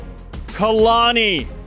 Kalani